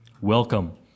Welcome